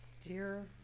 dear